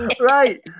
Right